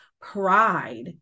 pride